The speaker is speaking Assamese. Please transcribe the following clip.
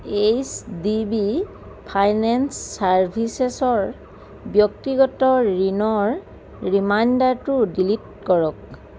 এইচ ডি বি ফাইনেন্স ছাৰ্ভিচেছৰ ব্যক্তিগত ঋণৰ ৰিমাইণ্ডাৰটো ডিলিট কৰক